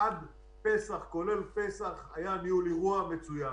עד פסח כולל היה ניהול אירוע מצוין.